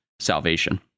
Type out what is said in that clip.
salvation